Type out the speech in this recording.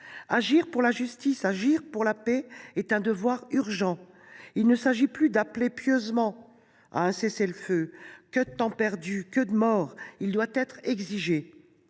Agir pour la justice, agir pour la paix est un devoir urgent. Il ne s’agit plus d’appeler pieusement à un cessez le feu – que de temps perdu, que de morts !–, il doit être exigé.